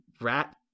rat